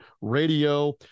radio